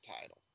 title